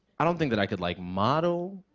i don't think that i could, like, model,